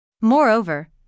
Moreover